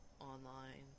online